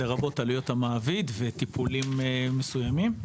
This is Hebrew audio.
לרבות עלויות המעביד וטיפולים מסוימים,